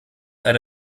eine